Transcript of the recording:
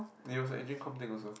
it was engine comp thing also